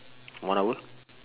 one hour